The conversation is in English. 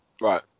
Right